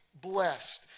blessed